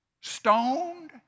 stoned